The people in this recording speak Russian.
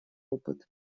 опыт